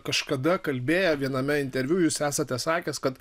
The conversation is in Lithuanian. kažkada kalbėję viename interviu jūs esate sakęs kad